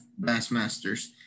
Bassmasters